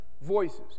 Voices